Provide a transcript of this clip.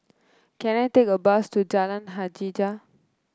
can I take a bus to Jalan Hajijah